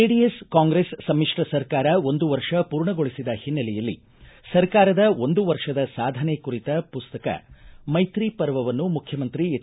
JDS Congress ಸಮಿಶ್ರ ಸರ್ಕಾರ ಒಂದು ವರ್ಷ ಮೂರ್ಣಗೊಳಿಸಿದ ಹಿನ್ನೆಲೆಯಲ್ಲಿ ಸರ್ಕಾರದ ಒಂದು ವರ್ಷದ ಸಾಧನೆ ಕುರಿತ ಪುಸ್ತಕ ಮೈತ್ರಿ ಪರ್ವವನ್ನು ಮುಖ್ಡಮಂತ್ರಿ ಎಚ್